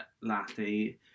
latte